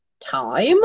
time